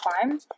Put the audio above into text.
climb